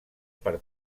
per